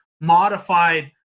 modified